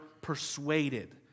persuaded